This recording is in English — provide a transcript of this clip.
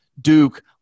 Duke